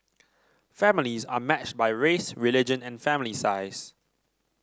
families are matched by race religion and family size